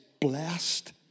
blessed